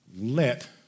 Let